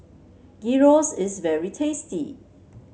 gyros is very tasty